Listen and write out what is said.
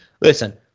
Listen